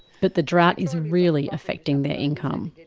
but the drought is really affecting their income.